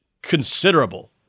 considerable